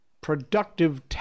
productive